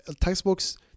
textbooks